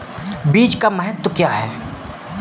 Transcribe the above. बीज का महत्व क्या है?